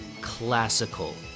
classical